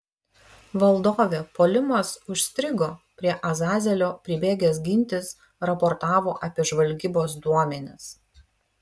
valdove puolimas užstrigo prie azazelio pribėgęs gintis raportavo apie žvalgybos duomenis